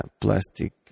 plastic